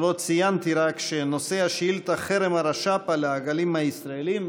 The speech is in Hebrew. אני לא ציינתי רק שנושא השאילתה: חרם הרש"פ על העגלים הישראליים.